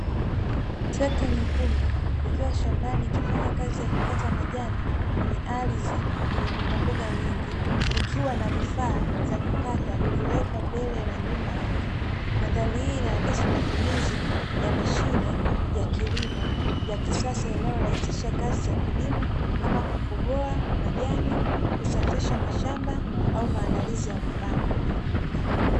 Trekta nyekundu ikiwa shambani inafanya kazi ya kukata majani kwenye ardhi yenye mbogamboga nyingi, ikiwa na vifaa vya kukata vilivyowekwa mbele na nyuma yake. Mandhari hii inaakisi matumizi ya mashine ya kilimo ya kisasa inayorahisisha kazi za kilimo kama kupogoa majani, kusafisha mashamba au maandalizi ya kupanda.